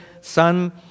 son